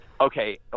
okay